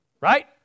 Right